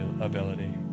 ability